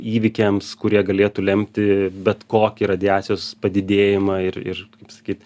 įvykiams kurie galėtų lemti bet kokį radiacijos padidėjimą ir ir kaip sakyt